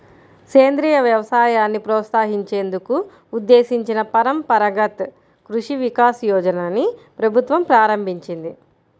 సేంద్రియ వ్యవసాయాన్ని ప్రోత్సహించేందుకు ఉద్దేశించిన పరంపరగత్ కృషి వికాస్ యోజనని ప్రభుత్వం ప్రారంభించింది